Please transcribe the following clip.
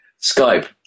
Skype